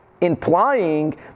implying